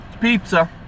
pizza